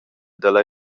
dalla